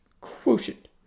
quotient